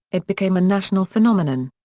it became a national phenomenon.